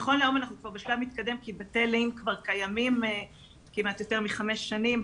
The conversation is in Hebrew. נכון להיום אנחנו כבר בשלב מתקדם כי בתי לין כבר קיימים יותר מחמש שנים,